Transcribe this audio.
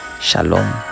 Shalom